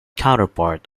counterpart